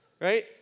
right